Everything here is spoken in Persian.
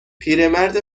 پیرمرد